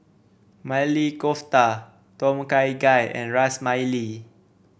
Maili Kofta Tom Kha Gai and Ras Malai